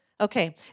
Okay